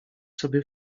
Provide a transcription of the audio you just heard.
sobie